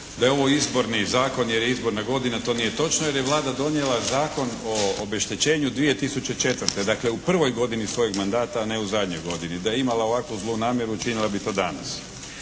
da je ovo izborni zakon jer je izborna godina to nije točno jer je Vlada donijela Zakon o obeštećenju 2004. Dakle u prvoj godini svojeg mandata a ne u zadnjoj godini. Da je imala ovakvu zlu namjeru učinila bi to danas.